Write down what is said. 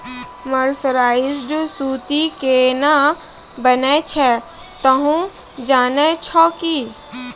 mercerised सूती केना बनै छै तोहों जाने छौ कि